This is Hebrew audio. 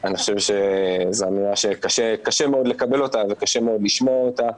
אני חושב שזו אמירה שקשה מאוד לקבל ולשמוע אותה,